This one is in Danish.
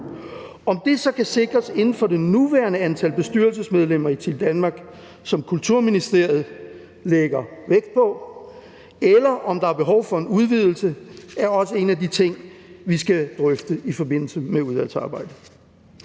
Om det så kan sikres inden for det nuværende antal bestyrelsesmedlemmer i Team Danmark, hvilket Kulturministeriet lægger vægt på, eller om der er behov for en udvidelse, er også en af de ting, vi skal drøfte i forbindelse med udvalgsarbejdet.